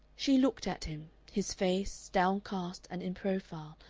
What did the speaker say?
she looked at him his face, downcast and in profile,